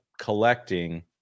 collecting